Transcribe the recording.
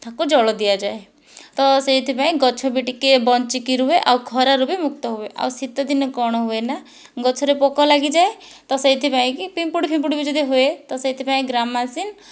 ତାକୁ ଜଳ ଦିଆଯାଏ ତ ସେଥିପାଇଁ ଗଛ ବି ଟିକିଏ ବଞ୍ଚିକି ରହେ ଆଉ ଖରାରୁ ବି ମୁକ୍ତ ହୁଏ ଆଉ ଶୀତ ଦିନେ କ'ଣ ହୁଏ ନା ଗଛରେ ପୋକ ଲାଗିଯାଏ ତ ସେଥିପାଇଁକି ପିମ୍ପୁଡ଼ି ଫିମ୍ପୁଡ଼ି ବି ଯଦି ହୁଏ ତ ସେଥିପାଇଁ ଗାମାକ୍ସିନ୍